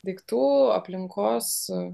daiktų aplinkos